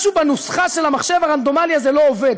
משהו בנוסחה של המחשב הרנדומלי הזה לא עובד,